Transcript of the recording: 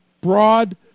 broad